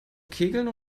kegeln